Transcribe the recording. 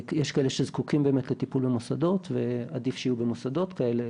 יש כאלה שזקוקים באמת לטיפול במוסדות ועדיף שיהיו במוסדות כאלה,